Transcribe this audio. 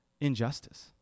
injustice